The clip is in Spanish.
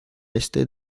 este